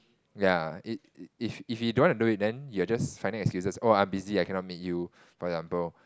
ya it if if he don't want to do it then you're just finding excuses oh I am busy I cannot meet you for example